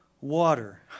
water